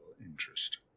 interest